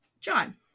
John